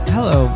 Hello